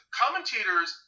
commentators